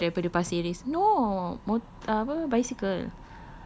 dia cycle daripada pasir ris no mo~ ah apa bicycle